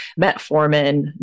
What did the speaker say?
metformin